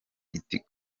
iti